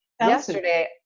yesterday